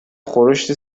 خورشت